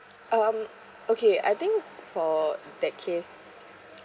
um okay I think for that case